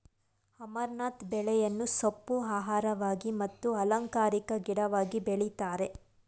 amaranth ಬೆಳೆಯನ್ನು ಸೊಪ್ಪು, ಆಹಾರವಾಗಿ ಮತ್ತು ಅಲಂಕಾರಿಕ ಗಿಡವಾಗಿ ಬೆಳಿತರೆ